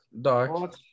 dark